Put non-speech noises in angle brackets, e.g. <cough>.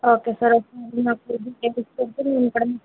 okay sir <unintelligible>